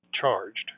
charged